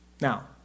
Now